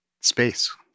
space